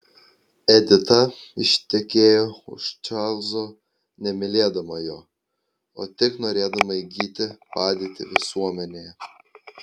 edita ištekėjo už čarlzo nemylėdama jo o tik norėdama įgyti padėtį visuomenėje